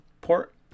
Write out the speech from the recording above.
port